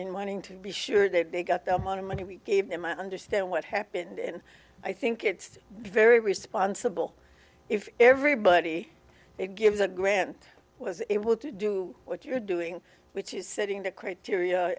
in wanting to be sure that they got the amount of money we gave them i understand what happened and i think it's very responsible if everybody it gives a grant was able to do what you're doing which is setting the criteria